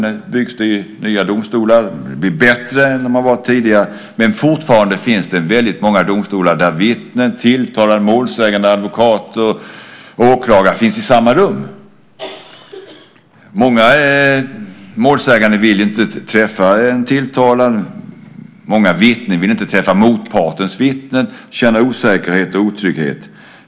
Nu byggs det nya domstolar som blir bättre än de varit tidigare, men fortfarande finns det väldigt många domstolar där vittnen, tilltalade, målsägande, advokater och åklagare finns i samma rum. Många målsägande vill inte träffa en tilltalad. Många vittnen vill inte träffa motpartens vittnen. Man känner osäkerhet och otrygghet.